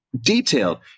detailed